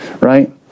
right